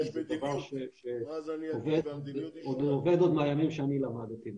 זה דבר שעובד עוד מהימים שאני למדתי בטכניון.